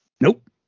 Nope